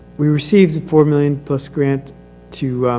we received the four million plus grant to,